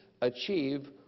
achieve